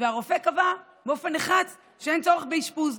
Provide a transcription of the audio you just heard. והרופא קבע באופן נחרץ שאין צורך באשפוז,